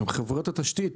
גם חברות התשתית,